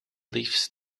leaves